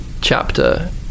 chapter